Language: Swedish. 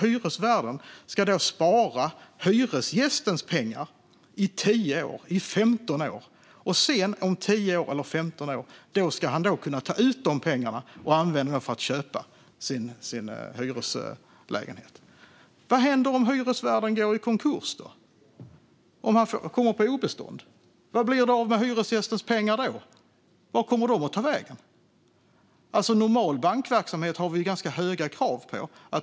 Hyresvärden ska spara hyresgästens pengar i tio eller femton år, och sedan, efter tio eller femton år, ska hyresgästen kunna ta ut pengarna och använda dem för att köpa sin hyreslägenhet. Vad händer om hyresvärden går i konkurs eller kommer på obestånd? Vad blir det då av hyresgästens pengar? Vart kommer de att ta vägen? Normal bankverksamhet har vi ganska höga krav på.